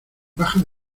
baja